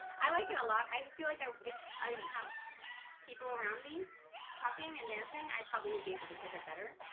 i like it a lot. i um feel like i would i didn't have people around me talking and dancing i probably would be able to hear her better.